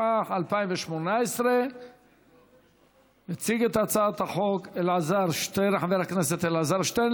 התשע"ח 2018. יציג את הצעת החוק חבר הכנסת אלעזר שטרן.